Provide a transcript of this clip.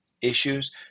issues